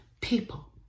people